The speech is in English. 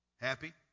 happy